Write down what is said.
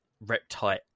reptile